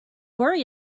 worry